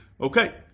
Okay